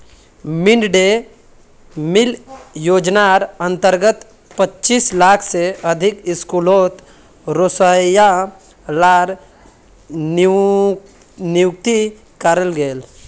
mid day meal योज्नार अंतर्गत पच्चीस लाख से अधिक स्कूलोत रोसोइया लार नियुक्ति कराल गेल